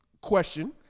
question